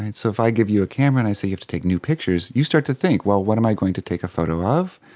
and so if i give you a camera and i say you have to take new pictures, you start to think, well, what am i going to take a photo of?